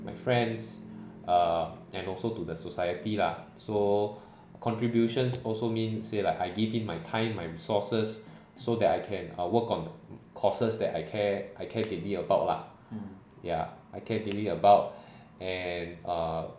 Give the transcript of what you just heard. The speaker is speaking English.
my friends err and also to the society lah so contributions also mean say like I gave him my time my resources so that I can work on causes that I care I care deeply about lah ya I care deeply about and err